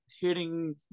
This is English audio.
hitting